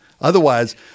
Otherwise